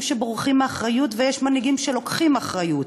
שבורחים מאחריות ויש מנהיגים שלוקחים אחריות.